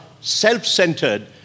self-centered